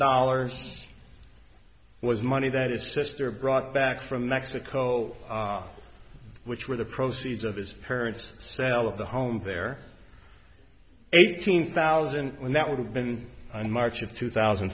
dollars was money that its sister brought back from mexico which were the proceeds of his parents sale of the home there eighteen thousand when that would have been in march of two thousand